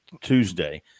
Tuesday